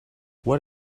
what